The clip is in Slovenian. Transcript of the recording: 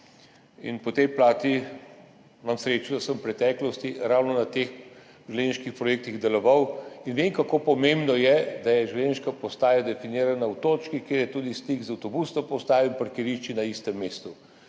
Po tej plati imam srečo, da sem v preteklosti ravno na teh železniških projektih deloval, in vem, kako pomembno je, da je železniška postaja definirana v točki, kjer je tudi stik z avtobusno postajo in parkirišči na istem mestu.